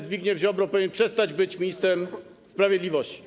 Zbigniew Ziobro powinien przestać być ministrem sprawiedliwości.